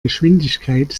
geschwindigkeit